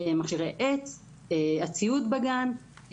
הציוד בגן,